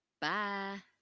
Bye